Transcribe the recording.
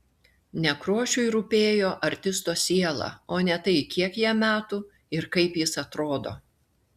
nekrošiui rūpėjo artisto siela o ne tai kiek jam metų ir kaip jis atrodo